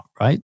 right